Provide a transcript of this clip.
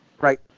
Right